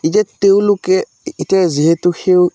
এতিয়া তেওঁলোকে এতিয়া যিহেতু সেই